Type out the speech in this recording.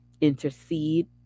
intercede